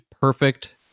perfect